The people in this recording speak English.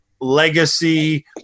Legacy